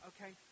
Okay